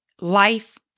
Life